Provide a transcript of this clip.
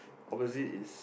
opposite is